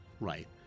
Right